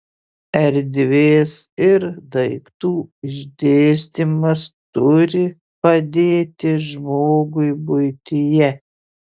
erdvės ir daiktų išdėstymas turi padėti žmogui buityje